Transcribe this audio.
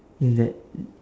in that